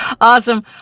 Awesome